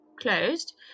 closed